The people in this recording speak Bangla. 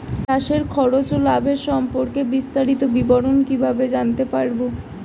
চাষে খরচ ও লাভের সম্পর্কে বিস্তারিত বিবরণ কিভাবে জানতে পারব?